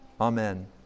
Amen